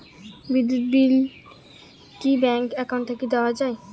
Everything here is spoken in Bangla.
বিদ্যুৎ বিল কি ব্যাংক একাউন্ট থাকি দেওয়া য়ায়?